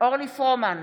אורלי פרומן,